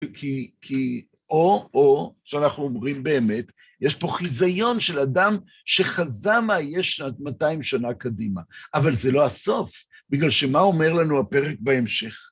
כי או-או, שאנחנו אומרים באמת, יש פה חיזיון של אדם שחזה מה יש עד 200 שנה קדימה. אבל זה לא הסוף, בגלל שמה אומר לנו הפרק בהמשך?